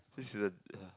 this season ya